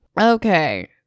Okay